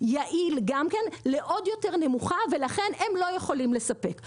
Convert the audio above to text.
יעיל וגם כן ליכולת יותר נמוכה ולכם הם לא יכולים לספק.